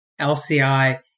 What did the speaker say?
LCI